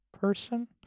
person